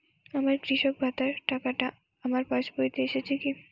আমার কৃষক ভাতার টাকাটা আমার পাসবইতে এসেছে কি?